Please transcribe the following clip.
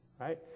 right